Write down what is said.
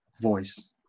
voice